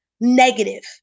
negative